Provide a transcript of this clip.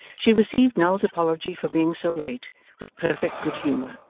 she received nell's apology for being so late with perfect good humour,